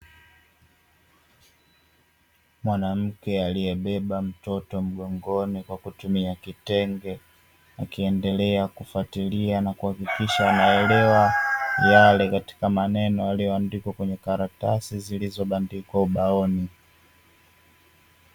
Mwanamke aliyebeba mtoto mgongoni kwa kutumia kitenge, akiendelea kufuatilia na kuhakikisha anaelewa yale katika maneno yaliyoandikwa katika karatasi zilizobandikwa ubaoni.